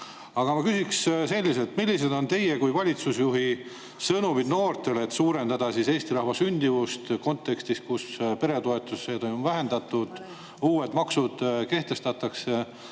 all. Aga ma küsiks selliselt. Millised on teie kui valitsusjuhi sõnumid noortele, et suurendada Eesti rahva sündimust kontekstis, kus peretoetusi on vähendatud, kehtestatakse